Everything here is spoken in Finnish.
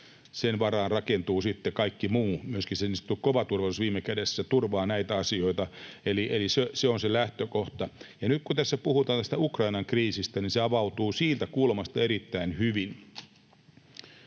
Sen varaan rakentuu sitten kaikki muu, myöskin se niin sanottu kova turvallisuus viime kädessä turvaa näitä asioita, eli se on se lähtökohta. Nyt kun tässä puhutaan tästä Ukrainan kriisistä, se avautuu siitä kulmasta erittäin hyvin.